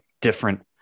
different